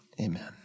amen